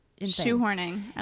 Shoehorning